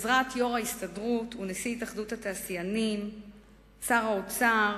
בעזרת יושב-ראש ההסתדרות ונשיא התאחדות התעשיינים ושר האוצר